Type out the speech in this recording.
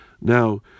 Now